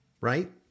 Right